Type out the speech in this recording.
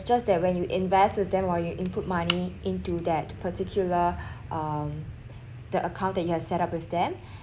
it's just that when you invest with them or you input money into that particular um the account has set up with them